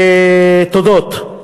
תודות,